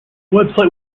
website